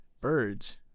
birds